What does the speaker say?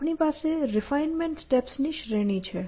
આપણી પાસે refinement steps ની શ્રેણી છે